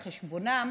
על חשבונם